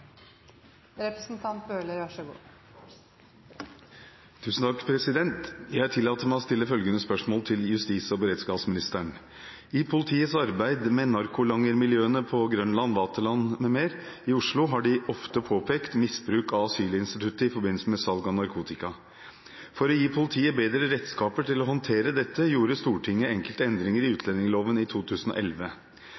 til justis- og beredskapsministeren: «I politiets arbeid med narkolangermiljøene på Grønland, Vaterland m.m. i Oslo har politiet ofte påpekt misbruk av asylinstituttet i forbindelse med salg av narkotika. For å gi politiet bedre redskaper til å håndtere dette gjorde Stortinget enkelte endringer i utlendingsloven i 2011. De gikk bl. a. ut